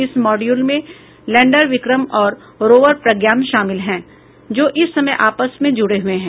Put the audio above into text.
इस मॉड्यूल में में लैण्डर विक्रम और रोवर प्रज्ञान शामिल हैं जो इस समय आपस में जुड़े हुए हैं